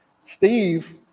Steve